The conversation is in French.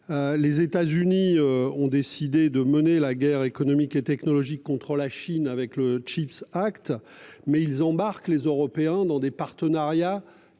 Les États-Unis ont décidé de mener la guerre économique et technologique contre la Chine avec le Chips acte mais ils embarquent les Européens dans des partenariats